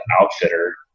outfitter